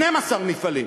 12 מפעלים.